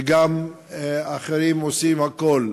וגם אחרים, עושים הכול,